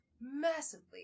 massively